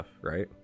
right